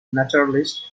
naturalist